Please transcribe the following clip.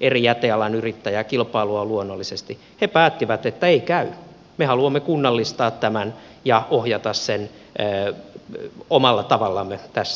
eri jätealan yrittäjää kilpailua on luonnollisesti että ei käy me haluamme kunnallistaa tämän ja ohjata sen omalla tavallamme tässä eteenpäin